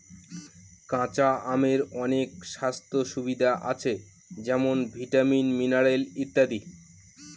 কাঁচা আমের অনেক স্বাস্থ্য সুবিধা আছে যেমন ভিটামিন, মিনারেল ইত্যাদি